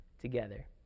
together